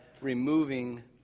removing